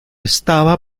estaba